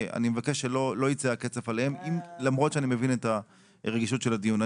מבקש שלא ייצא הקצף עליהם למרות שאני מבין את הרגישות של הדיון.